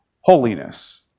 holiness